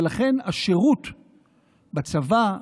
ולכן השירות בצבא,